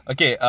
Okay